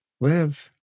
Live